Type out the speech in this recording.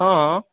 ହଁ